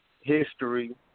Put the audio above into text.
history